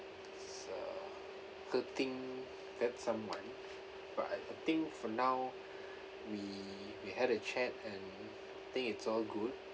it's uh hurting that someone but I think for now we we had a chat and I think it's all good